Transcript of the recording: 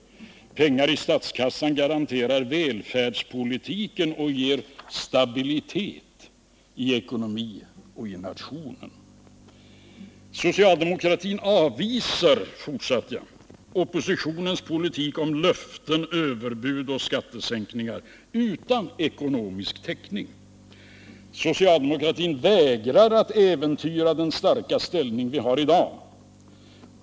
Pengar i statskassan garanterar välfärdspolitiken och ger stabilitet i ekonomin och i nationen. Socialdemokratin avvisar, fortsatte jag, oppositionens politik med löften, överbud och skattesänkningar utan ekonomisk täckning. Socialdemokratin vägrar att äventyra den starka ställning vi har i dag.